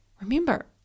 Remember